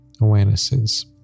awarenesses